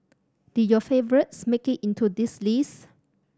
did your favourites make it into this list